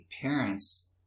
parents